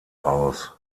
aus